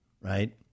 right